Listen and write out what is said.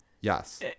Yes